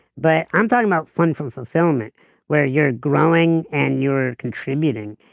but i'm talking about fun from fulfillment where you're growing and you're contributing,